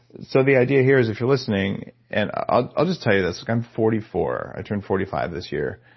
so the idea here is if you're listening and i'll i'll just tell you this look i'm forty four, i turn forty five this year,